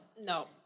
no